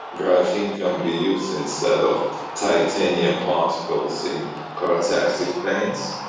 graphene can be used instead of titanium particles in protective paints.